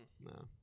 No